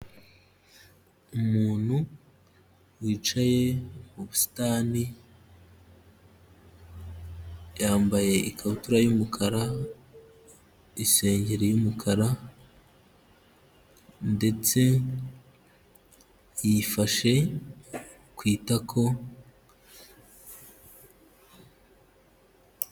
Umuntu wicaye mu busitani yambaye ikabutura y'umukara, isengeri y'umukara ndetse yifashe ku itako.